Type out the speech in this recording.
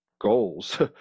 goals